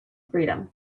freedom